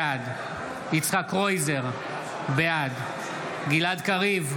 בעד יצחק קרויזר, בעד גלעד קריב,